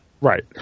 Right